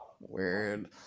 Weird